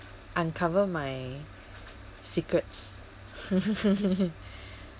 uncover my secrets